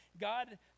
God